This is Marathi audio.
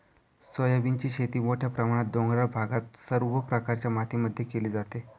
सोयाबीनची शेती मोठ्या प्रमाणात डोंगराळ भागात सर्व प्रकारच्या मातीमध्ये केली जाते